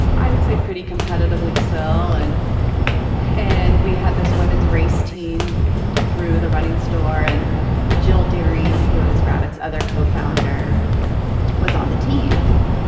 i would say, pretty competitively sell. and and we had this women's race team through the running store. and jill dering, who has rabbits, other co-founder was on the team.